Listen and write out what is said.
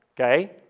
okay